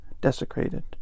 desecrated